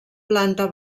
planta